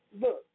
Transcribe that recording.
Look